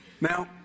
Now